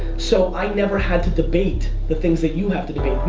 so, i never had to debate the things that you have to